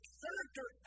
character